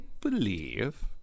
believe